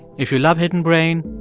if you love hidden brain,